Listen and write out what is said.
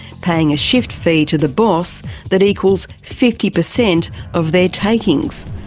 paying a shift fee to the boss that equals fifty percent of their takings.